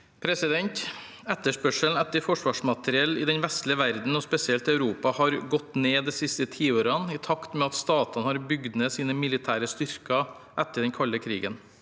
Etterspørse- len etter forsvarsmateriell i den vestlige verden, og spesielt i Europa, har gått ned de siste tiårene i takt med at statene har bygget ned sine militære styrker etter den kalde krigen.